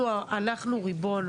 אנחנו ריבון.